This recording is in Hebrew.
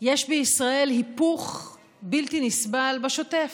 יש בישראל היפוך בלתי נסבל בשוטף.